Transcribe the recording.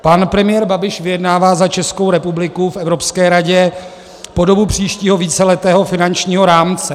Pan premiér Babiš vyjednává za Českou republiku v Evropské radě podobu příštího víceletého finančního rámce.